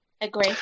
agree